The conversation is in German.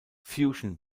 fusion